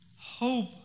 hope